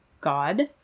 god